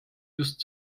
just